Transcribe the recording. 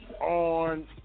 On